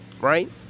right